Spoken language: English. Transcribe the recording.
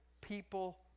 people